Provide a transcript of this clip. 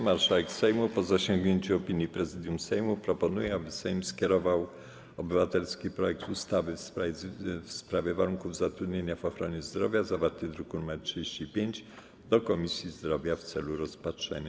Marszałek Sejmu, po zasięgnięciu opinii Prezydium Sejmu, proponuje, aby Sejm skierował obywatelski projekt ustawy w sprawie warunków zatrudnienia w ochronie zdrowia, zawarty w druku nr 35, do Komisji Zdrowia w celu rozpatrzenia.